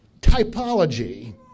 typology